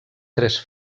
tres